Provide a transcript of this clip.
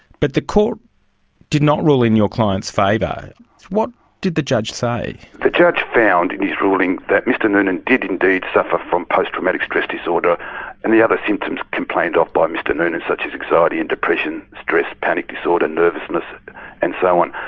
but the court did not rule in your client's favour. what did the judge say? the judge found in his ruling that mr noonan did indeed suffer from post-traumatic stress disorder and the other symptoms complained of by mr noonan such as anxiety and depression, stress, panic disorder, nervousness and so on,